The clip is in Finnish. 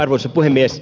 arvoisa puhemies